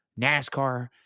NASCAR